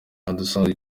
budasanzwe